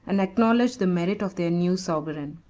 and acknowledged the merit of their new sovereign.